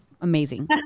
amazing